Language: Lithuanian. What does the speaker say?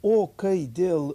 o kai dėl